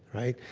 right?